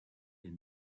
est